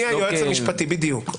בדיוק.